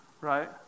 right